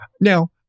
Now